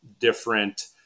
different